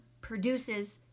produces